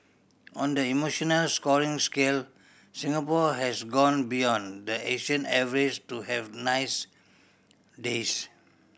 on the emotional scoring scale Singapore has gone beyond the Asian average to have nice days